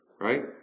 Right